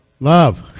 love